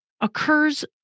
occurs